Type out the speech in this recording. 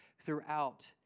throughout